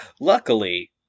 luckily